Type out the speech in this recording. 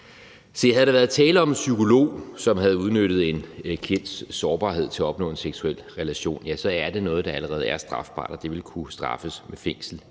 havde der været tale om en psykolog, som havde udnyttet en klients sårbarhed til at opnå en seksuel relation, så er det noget, der allerede er strafbart, og det ville kunne straffes med fængsel